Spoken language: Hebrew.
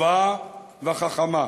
טובה וחכמה.